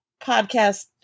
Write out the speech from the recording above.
podcast